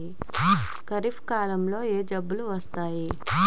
ఖరిఫ్ కాలంలో ఏ ఋతువులు వస్తాయి?